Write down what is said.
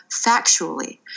Factually